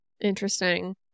Interesting